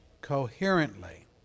coherently